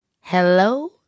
Hello